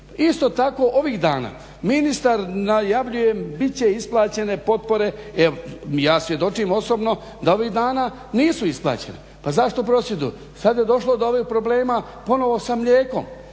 Isto tako ovih dana ministar najavljujem bit će isplaćene potpore, ja svjedočim osobno da ovih dana nisu isplaćene. Pa zašto prosvjeduju? Sad je došlo do ovih problema ponovo sad mlijekom,